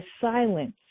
silence